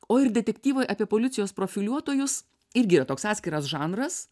o ir detektyvai apie policijos profiliuotojus irgi yra toks atskiras žanras